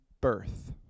birth